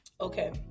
Okay